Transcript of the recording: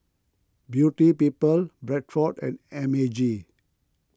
Beauty People Bradford and M A G